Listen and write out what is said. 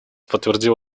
подтвердил